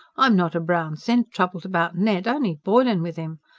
i'm not a brown cent troubled about ned only boiling with im.